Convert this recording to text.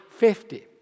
50